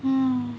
um